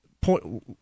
point